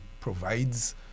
provides